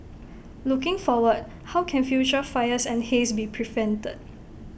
looking forward how can future fires and haze be prevented